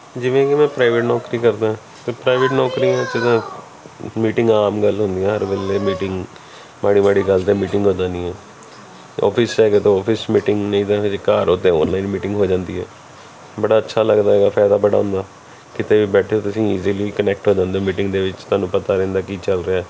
ਜਿਵੇਂ ਕਿ ਮੈਂ ਪ੍ਰਾਈਵੇਟ ਨੌਕਰੀ ਕਰਦਾ ਅਤੇ ਪ੍ਰਾਈਵੇਟ ਨੌਕਰੀਆਂ 'ਚ ਤਾਂ ਮੀਟਿੰਗਾਂ ਆਮ ਗੱਲ ਹੁੰਦੀਆਂ ਹਰ ਵੇਲੇ ਮੀਟਿੰਗ ਮਾੜੀ ਮਾੜੀ ਗੱਲ 'ਤੇ ਮੀਟਿੰਗ ਹੋ ਜਾਂਦੀਆਂ ਔਫਿਸ 'ਚ ਹੈਗਾ ਅਤੇ ਔਫਿਸ 'ਚ ਮੀਟਿੰਗ ਨਹੀਂ ਤਾਂ ਫਿਰ ਜੇ ਘਰ ਓਂ ਤਾਂ ਔਨਲਾਈਨ ਮੀਟਿੰਗ ਹੋ ਜਾਂਦੀ ਹੈ ਬੜਾ ਅੱਛਾ ਲੱਗਦਾ ਹੈਗਾ ਫਾਇਦਾ ਬੜਾ ਹੁੰਦਾ ਕਿਤੇ ਵੀ ਬੈਠੇ ਤੁਸੀਂ ਈਜ਼ੀਲੀ ਕਨੈਕਟ ਹੋ ਜਾਂਦੇ ਓਂ ਮੀਟਿੰਗ ਦੇ ਵਿੱਚ ਤੁਹਾਨੂੰ ਪਤਾ ਰਹਿੰਦਾ ਕੀ ਚੱਲ ਰਿਹਾ